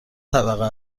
طبقه